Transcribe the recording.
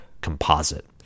Composite